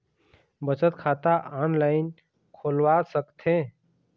बचत खाता ऑनलाइन खोलवा सकथें?